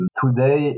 today